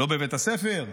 לא בבית הספר,